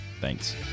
Thanks